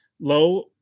low